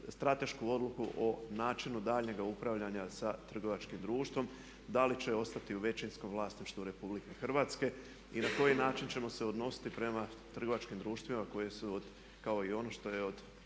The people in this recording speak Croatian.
stratešku odluku o načinu daljnjega upravljanja sa trgovačkim društvom, da li će ostati u većinskom vlasništvu RH i na koji način ćemo se odnositi prema trgovačkim društvima koje su kao i ono što je od